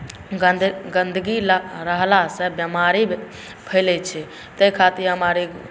गन्दगी रहलासँ बिमारी फैलैत छै ताहि खातिर हम आओर ई